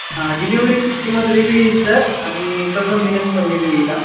हा डिलिव्हरीची किंमत वेळी येईल सर आणि सजवून देण्याची पण वेगळी येईल आं